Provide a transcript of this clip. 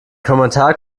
kommentar